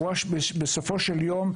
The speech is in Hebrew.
בסופו של יום,